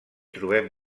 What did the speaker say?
trobem